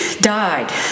died